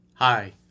Hi